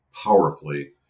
powerfully